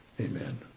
Amen